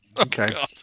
Okay